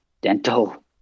dental